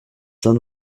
son